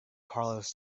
carlos